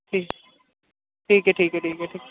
ٹھیک ٹھیک ہے ٹھیک ہے ٹھیک ہے